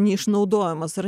neišnaudojamas ar